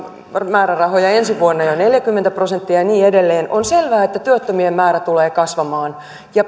määrärahoja ensi vuonna jo neljäkymmentä prosenttia ja niin edelleen on selvää että työttömien määrä tulee kasvamaan